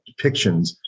depictions